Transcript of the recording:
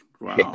Wow